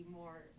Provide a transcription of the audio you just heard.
more